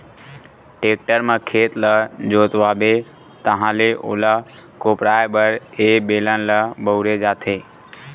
tractor म खेत ल जोतवाबे ताहाँले ओला कोपराये बर ए बेलन ल बउरे जाथे